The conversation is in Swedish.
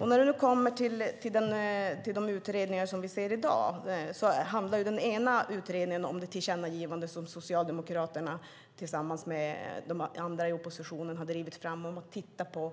När det gäller de utredningar vi har i dag handlar den ena om ett tillkännagivande som Socialdemokraterna tillsammans med övriga oppositionen har drivit fram om att titta på